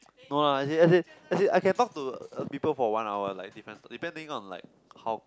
no lah as is as is as is I can talk to people for one hour like depends depending on like how